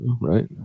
Right